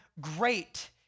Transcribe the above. great